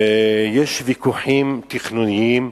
ויש ויכוחים תכנוניים,